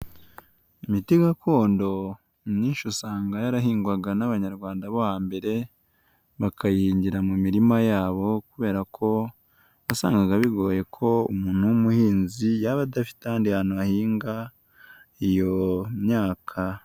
Imiti gakondo myinshi usanga yarahingwaga n'Abanyarwanda bo hambere, bakayihingira mu mirima yabo kubera ko wasangaga bigoye ko umuntu w'umuhinzi yaba adafite ahandi hantu ahinga iyo myaka.